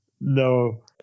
No